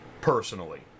personally